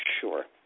sure